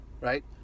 right